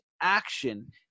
action